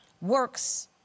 works